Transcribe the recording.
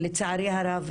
לצערי הרב,